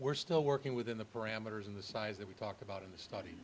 we're still working within the parameters in the size that we talked about in the study